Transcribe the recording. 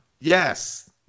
Yes